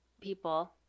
people